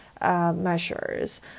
measures